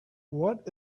what